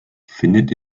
findet